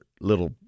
little